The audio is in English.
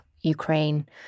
Ukraine